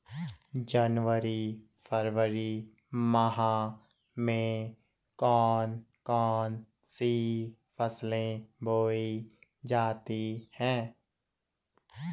जनवरी फरवरी माह में कौन कौन सी फसलें बोई जाती हैं?